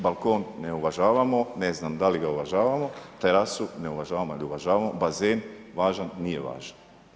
Balkon ne uvažavamo, ne znam da li ga uvažavamo, terasu ne uvažavamo ili uvažavamo, bazen važan, nije važan.